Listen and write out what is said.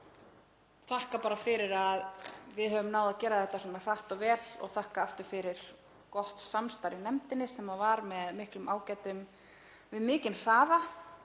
þakka bara fyrir að við höfum náð að gera þetta svona hratt og vel og þakka aftur fyrir gott samstarf í nefndinni sem var með miklum ágætum við mikinn hraða.